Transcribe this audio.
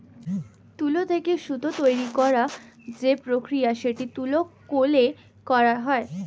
তুলো থেকে সুতো তৈরী করার যে প্রক্রিয়া সেটা তুলো কলে করা হয়